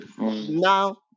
Now